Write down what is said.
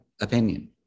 opinion